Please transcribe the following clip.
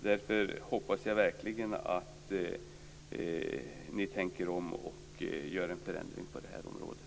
Därför hoppas jag verkligen att ni tänker om och gör en förändring på området.